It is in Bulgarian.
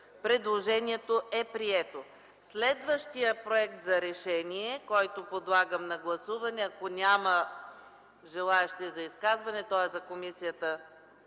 Предложението е прието. Следващият проект за решение, който подлагам на гласуване, ако няма желаещи за изказване, е за Комисията